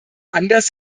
anders